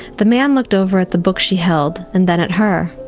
the man looked over at the book she held and then at her.